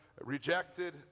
rejected